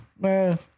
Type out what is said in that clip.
Man